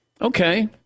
Okay